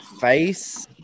face